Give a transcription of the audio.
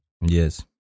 Yes